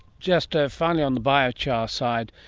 just ah finally on the biochar ah side,